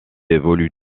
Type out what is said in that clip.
évolue